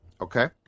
Okay